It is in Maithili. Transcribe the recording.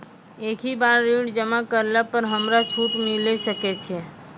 एक ही बार ऋण जमा करला पर हमरा छूट मिले सकय छै?